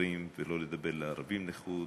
במגזרים ולא לדבר לערבים לחוד.